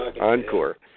Encore